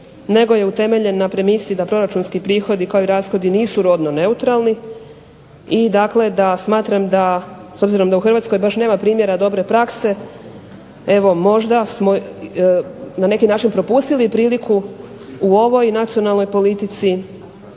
nego je utemeljen na premisi da proračunski prihodi kao i rashodi nisu rodno neutralni i dakle da smatram da s obzirom da u Hrvatskoj baš nema primjera dobre prakse evo možda smo na neki način propustili priliku u ovoj nacionalnoj politici